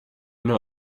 know